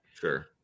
Sure